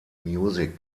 music